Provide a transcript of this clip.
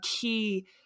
key